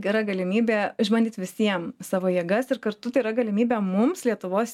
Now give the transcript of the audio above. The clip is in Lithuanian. gera galimybė išbandyt visiem savo jėgas ir kartu tai yra galimybė mums lietuvos